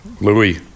Louis